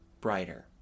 brighter